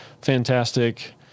fantastic